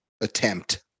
attempt